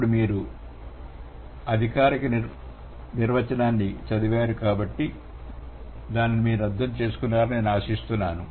ఇప్పుడు మీరు అధికారిక నిర్వచనాన్ని చదివారు మరియు మీరు దానిని అర్థం చేసుకుంటారని నేను ఆశిస్తున్నాను